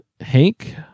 Hank